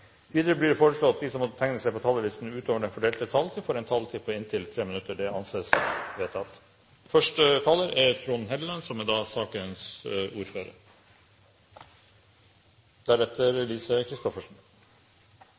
Videre blir det foreslått at de som måtte tegne seg på talerlisten utover den fordelte taletid, får en taletid på inntil 3 minutter. – Det anses vedtatt. Første taler er Heikki Holmås, som er sakens ordfører.